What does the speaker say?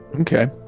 Okay